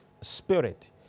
spirit